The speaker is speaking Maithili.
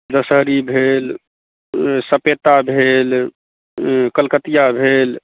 दशहरी भेल सपेता भेल कलकतिआ भेल